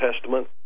testament